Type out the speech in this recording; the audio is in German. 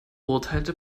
urteilte